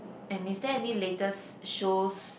and is there any latest shows